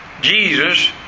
Jesus